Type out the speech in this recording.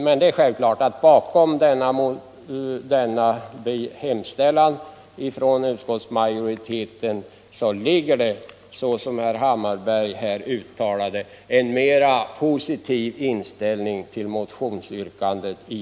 Men det är självklart att bakom denna hemställan från utskottsmajoriteten ligger, som herr Hammarberg sade, en mera positiv inställning till motionsyrkandet.